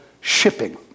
shipping